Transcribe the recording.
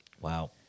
Wow